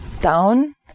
down